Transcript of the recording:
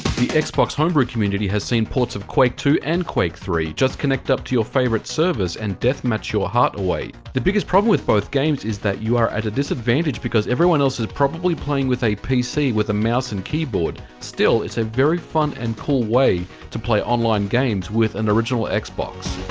the xbox homebrew community has seen ports of quake ii and quake iii. just connect up to your favorite service and deathmatch your heart away. the biggest problem with both games is that you are at a disadvantage, because everyone else is probably playing with a pc, with a mouse and keyboard. still, it's a very fun and cool way to play online games with an original xbox.